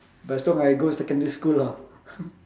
but as long I go secondary school ah